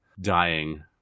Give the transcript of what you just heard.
dying